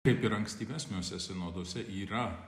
kaip ir ankstyvesniuose sinoduose yra